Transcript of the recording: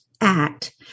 Act